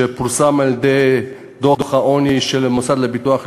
כפי שפורסם בדוח העוני של המוסד לביטוח לאומי.